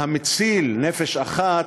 והמציל נפש אחת,